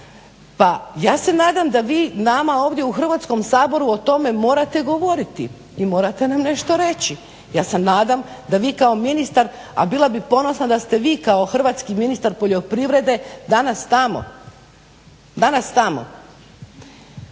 Pa ja se nadam da vi nama ovdje u Hrvatskom saboru o tome morate govoriti i morate nam nešto reći. Ja se nadam da vi kao ministar, a bila bih ponosna da ste vi kao hrvatski ministar poljoprivrede danas tamo. **Zgrebec,